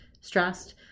stressed